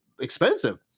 expensive